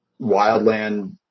wildland